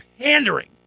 pandering